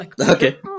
Okay